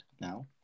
now